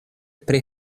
pri